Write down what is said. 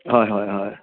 হয় হয় হয়